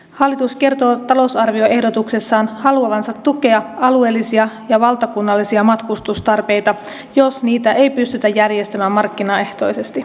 hallitus kertoo talousarvioehdotuksessaan haluavansa tukea alueellisia ja valtakunnallisia matkustustarpeita jos niitä ei pystytä järjestämään markkinaehtoisesti